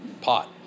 pot